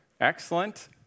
Excellent